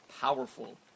powerful